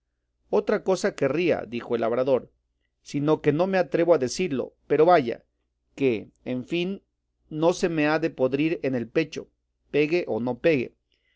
otra cosa querría dijo el labrador sino que no me atrevo a decirlo pero vaya que en fin no se me ha de podrir en el pecho pegue o no pegue